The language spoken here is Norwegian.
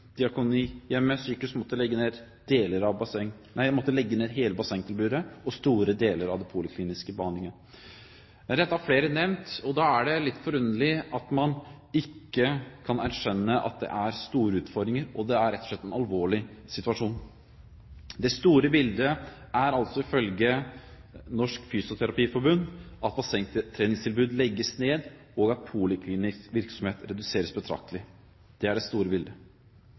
Sykehus vil måtte legge ned hele bassengtilbudet og store deler av den polikliniske behandlingen. Men dette har flere nevnt, og da er det litt forunderlig at man ikke kan erkjenne at det er store utfordringer. Det er rett og slett en alvorlig situasjon. Det store bildet er altså ifølge Norsk Fysioterapiforbund at bassengtreningstilbud legges ned, og at poliklinisk virksomhet reduseres betraktelig. Dette får igjen store